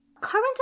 Carbon